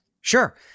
Sure